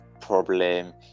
problem